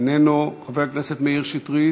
איננו, חבר הכנסת מאיר שטרית,